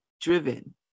driven